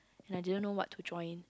and I didn't know what to join